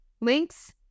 links